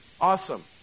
Awesome